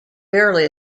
barely